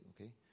okay